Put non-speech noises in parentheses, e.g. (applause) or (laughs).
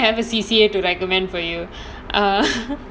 (laughs) it's like I think I have a C_C_A to recommend for you